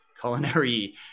culinary